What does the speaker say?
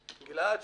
גלעד,